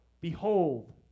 Behold